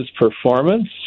performance